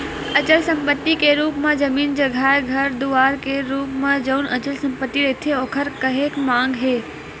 अचल संपत्ति के रुप म जमीन जघाए घर दुवार के रुप म जउन अचल संपत्ति रहिथे ओखर काहेक मांग हे